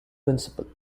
principal